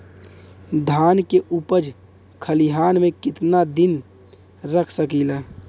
धान के उपज खलिहान मे कितना दिन रख सकि ला?